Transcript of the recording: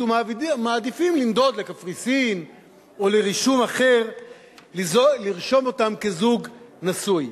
ומעדיפים לנדוד לקפריסין או לרישום אחר כדי לרשום אותם כזוג נשוי.